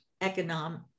economic